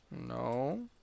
No